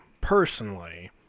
personally